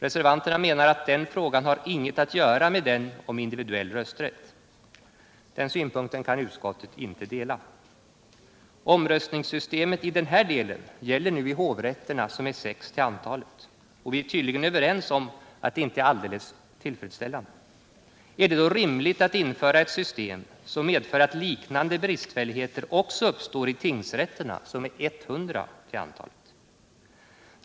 Reservanterna menar att den frågan inte har något att göra med frågan om individuell rösträtt. Den synpunkten kan utskottet inte dela. Omröstningssystemet i den här delen gäller i hovrätterna, som är sex till antalet. Vi är tydligen överens om att det systemet inte är tillfredsställande. Är det då rimligt att införa ett system som medför att liknande bristfälligheter skulle uppstå också i tingsrätterna, som är 100 till antalet?